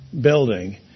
building